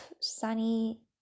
sunny